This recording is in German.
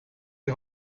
die